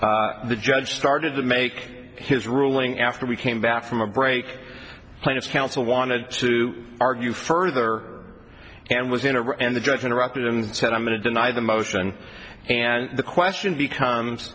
motion the judge started to make his ruling after we came back from a break plaintiff's counsel wanted to argue further and was in a row and the judge interrupted and said i'm going to deny the motion and the question becomes